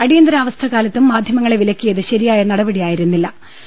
അടിയ ന്തരാവസ്ഥക്കാലത്തും മാധൃമങ്ങളെ വിലക്കിയത് ശരി യായ നടപടി ആയിരുന്നില്ലു